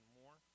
more